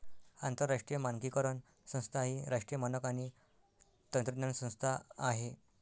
आंतरराष्ट्रीय मानकीकरण संस्था ही राष्ट्रीय मानक आणि तंत्रज्ञान संस्था आहे